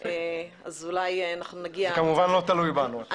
אז אולי --- זה כמובן לא תלוי בנו.